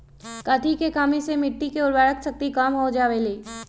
कथी के कमी से मिट्टी के उर्वरक शक्ति कम हो जावेलाई?